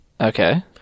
Okay